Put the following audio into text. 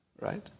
right